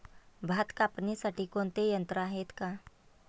भात कापणीसाठी कोणते यंत्र आहेत का?